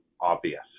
obvious